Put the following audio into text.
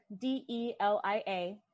delia